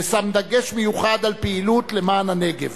ושם דגש מיוחד על פעילות למען הנגב.